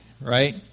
Right